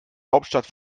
hauptstadt